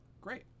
great